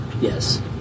Yes